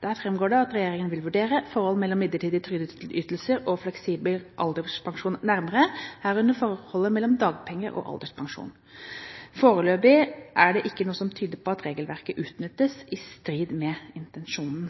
Der framgår det at regjeringen vil vurdere forholdet mellom midlertidige trygdeytelser og fleksibel alderspensjon nærmere, herunder forholdet mellom dagpenger og alderspensjon. Foreløpig er det ikke noe som tyder på at regelverket utnyttes i strid med intensjonen.